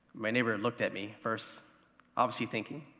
my neighbor looked at me first obviously thinking,